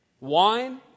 Wine